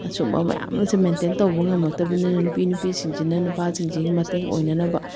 ꯑꯁꯨꯝꯕ ꯃꯌꯥꯝ ꯑꯃꯁꯦ ꯃꯦꯟꯇꯦꯟ ꯇꯧꯕ ꯉꯝꯃꯛꯇꯕꯅꯤꯅ ꯅꯨꯄꯤ ꯅꯨꯄꯤꯁꯤꯡꯁꯤꯅ ꯅꯨꯄꯥꯁꯤꯡꯁꯤꯒꯤ ꯃꯇꯦꯡ ꯑꯣꯏꯅꯅꯕ